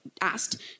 asked